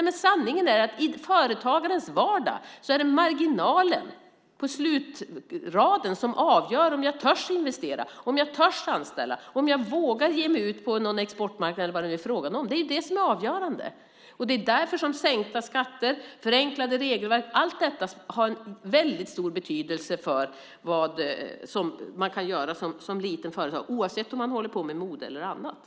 Men sanningen är att i företagarens vardag är det marginalen på slutraden som avgör om man törs investera, om man törs anställa och om man vågar ge sig ut på en exportmarknad eller vad det nu är fråga om. Det är ju det som är avgörande. Det är därför sänkta skatter och förenklade regelverk - allt detta - har väldigt stor betydelse för vad man kan göra i ett litet företag, oavsett om man håller på med mode eller något annat.